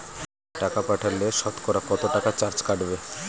টাকা পাঠালে সতকরা কত টাকা চার্জ কাটবে?